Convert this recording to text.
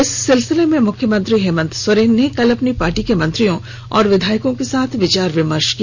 इस सिलसिले में मुख्यमंत्री हेमन्त सोरेन ने कल अपनी पार्टी के मंत्रियों और विधायकों के साथ विचार विमर्श किया